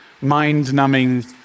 mind-numbing